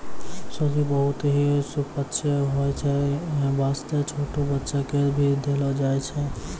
सूजी बहुत हीं सुपाच्य होय छै यै वास्तॅ छोटो बच्चा क भी देलो जाय छै